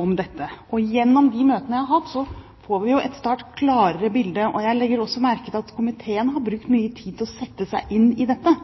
om dette. Gjennom de møtene jeg har hatt, får vi jo et mye klarere bilde. Jeg legger også merke til at komiteen har brukt mye tid på å sette seg inn i dette,